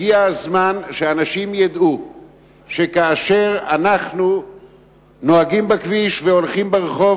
הגיע הזמן שאנשים ידעו שכאשר אנחנו נוהגים בכביש והולכים ברחוב,